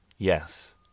Yes